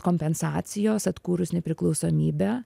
kompensacijos atkūrus nepriklausomybę